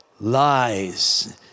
lies